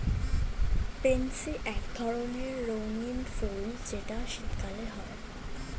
pansy এক ধরণের রঙ্গীন ফুল যেটা শীতকালে হয়